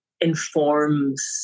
informs